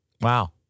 Wow